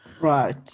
right